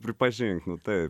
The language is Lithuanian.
pripažinkim taip